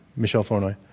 michele flournoy.